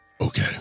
Okay